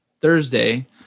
Thursday